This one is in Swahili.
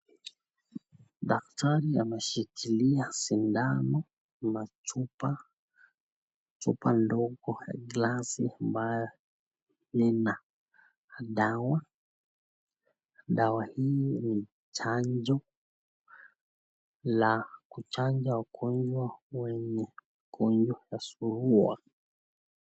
Daktari ameshiklia sindano na chupa ndogo ya glasi ambayo lina dawa. Dawa hili ni chanjo la kuchanja wagonjwa, wenye ugonjwa unasumbua.